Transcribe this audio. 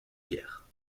guerre